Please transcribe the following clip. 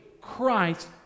Christ